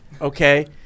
okay